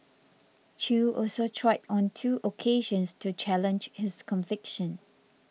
Chew also tried on two occasions to challenge his conviction